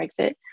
Brexit